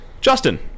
Justin